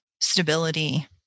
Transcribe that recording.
stability